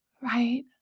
right